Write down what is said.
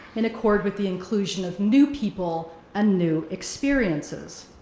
in accord with the inclusion of new people, and new experiences.